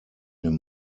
den